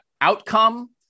outcome